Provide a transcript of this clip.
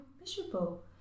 miserable